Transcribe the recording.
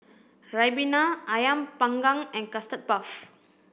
Ribena Ayam panggang and Custard Puff